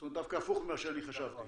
זאת אומרת דווקא הפוך ממה שאני חשבתי?